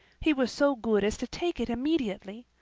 he was so good as to take it immediately.